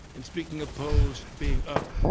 and speaking of polls being up